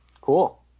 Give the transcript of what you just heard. Cool